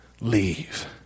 Leave